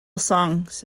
songs